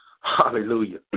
Hallelujah